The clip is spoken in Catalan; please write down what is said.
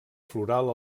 floral